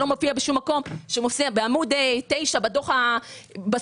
שלא מופיע בשום מקום או בעמוד 9 בדוח בסוף,